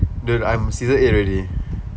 dude I'm season eight already